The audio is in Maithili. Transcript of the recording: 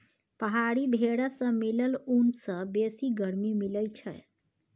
पहाड़ी भेरा सँ मिलल ऊन सँ बेसी गरमी मिलई छै